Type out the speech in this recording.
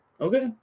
Okay